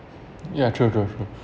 ya true true true